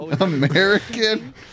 American